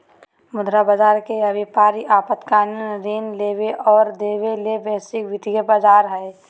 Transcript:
मुद्रा बज़ार के अभिप्राय अल्पकालिक ऋण लेबे और देबे ले वैश्विक वित्तीय बज़ार हइ